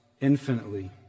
infinitely